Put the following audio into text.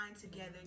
together